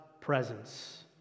presence